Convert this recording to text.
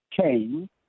came